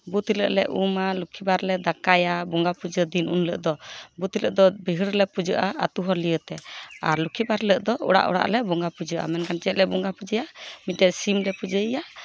ᱵᱩᱫᱷ ᱦᱤᱞᱳᱜ ᱞᱮ ᱩᱢᱼᱟ ᱞᱩᱠᱠᱷᱤ ᱵᱟᱨ ᱞᱮ ᱫᱟᱠᱟᱭᱟ ᱵᱚᱸᱜᱟ ᱯᱩᱡᱟᱹ ᱫᱤᱱ ᱩᱱ ᱦᱤᱞᱳᱜ ᱫᱚ ᱵᱩᱫᱷ ᱦᱤᱞᱳᱜ ᱫᱚ ᱵᱟᱹᱭᱦᱟᱹᱲ ᱨᱮᱞᱮ ᱯᱩᱡᱟᱹᱜᱼᱟ ᱟᱹᱛᱩ ᱦᱚᱲ ᱱᱤᱭᱮᱛᱮ ᱟᱨ ᱞᱚᱠᱠᱷᱤ ᱵᱟᱨ ᱦᱤᱞᱳᱜ ᱫᱚ ᱚᱲᱟᱜ ᱚᱲᱟᱜ ᱞᱮ ᱵᱚᱸᱜᱟ ᱯᱩᱡᱟᱹᱜᱼᱟ ᱢᱮᱱᱠᱷᱟᱱ ᱪᱮᱫ ᱞᱮ ᱵᱚᱸᱜᱟ ᱯᱩᱡᱟᱹᱜᱼᱟ ᱢᱤᱫᱴᱮᱱ ᱥᱤᱢ ᱞᱮ ᱯᱩᱡᱟᱹᱭᱮᱭᱟ